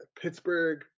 Pittsburgh